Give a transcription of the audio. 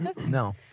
No